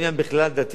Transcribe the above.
כפי שאמרתי,